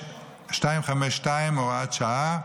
252 והוראת שעה)